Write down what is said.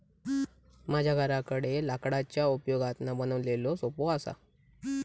माझ्या घराकडे लाकडाच्या उपयोगातना बनवलेलो सोफो असा